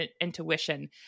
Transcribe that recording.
intuition